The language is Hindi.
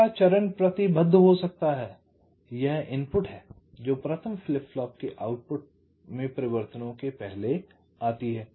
दूसरा चरण प्रतिबद्ध हो सकता है यह इनपुट है जो प्रथम फ्लिप फ्लॉप के आउटपुट में परिवर्तनों के पहले आती है